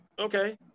okay